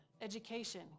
education